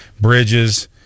bridges